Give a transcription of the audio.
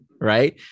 right